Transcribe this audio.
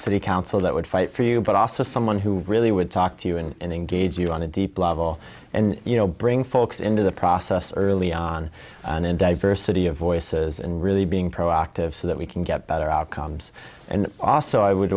city council that would fight for you but also someone who really would talk to you and engage you on a deep level and you know bring folks into the process early on in diversity of voices and really being proactive so that we can get better outcomes and also i would